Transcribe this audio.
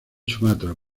sumatra